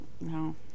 No